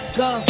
go